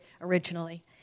originally